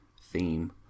theme